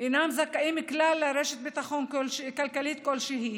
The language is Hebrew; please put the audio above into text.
אינם זכאים כלל לרשת ביטחון כלכלית כלשהי.